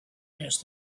asked